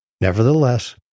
Nevertheless